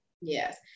Yes